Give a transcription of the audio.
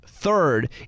third